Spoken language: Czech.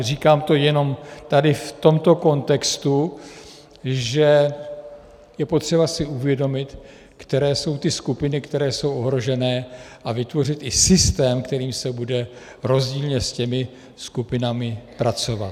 Říkám to jenom tady v tomto kontextu, že je potřeba si uvědomit, které jsou ty skupiny, které jsou ohrožené, a vytvořit i systém, kterým se bude rozdílně s těmi skupinami pracovat.